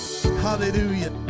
Hallelujah